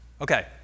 Okay